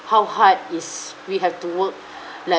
how hard is we have to work like